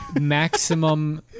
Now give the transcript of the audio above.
maximum